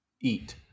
eat